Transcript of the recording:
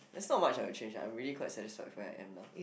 that's not much I'll change lah I'm really quite satisfied where I'm at now